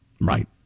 Right